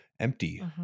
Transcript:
empty